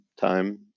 time